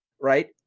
Right